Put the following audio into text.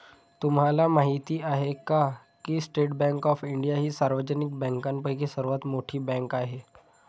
तुम्हाला माहिती आहे का की स्टेट बँक ऑफ इंडिया ही सार्वजनिक बँकांपैकी सर्वात मोठी बँक आहे